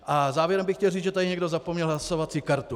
A závěrem bych chtěl říct, že tady někdo zapomněl hlasovací kartu.